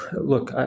look